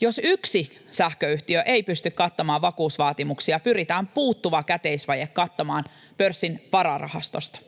Jos yksi sähköyhtiö ei pysty kattamaan vakuusvaatimuksia, pyritään puuttuva käteisvaje kattamaan pörssin vararahastosta.